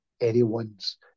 anyone's